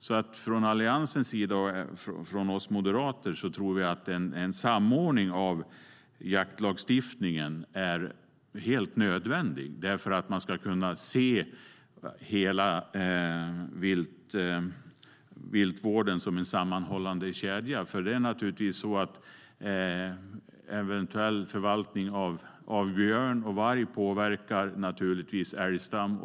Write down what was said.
Som företrädare för Alliansen och Moderaterna tror jag att det är helt nödvändigt med en samordning av jaktlagstiftningen för att man ska kunna se hela viltvården som en sammanhållen kedja. Det är naturligtvis så att eventuell förvaltning av björn och varg påverkar älgstammen och rådjursstammen.